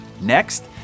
Next